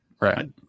Right